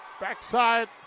backside